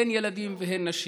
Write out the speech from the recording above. הן ילדים והן נשים,